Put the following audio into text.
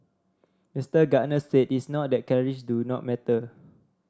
Mister Gardner said it's not that calories do not matter